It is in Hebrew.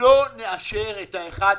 לא לאשר את ה-1.75,